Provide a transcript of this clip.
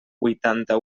huitanta